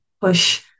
push